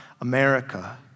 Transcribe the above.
America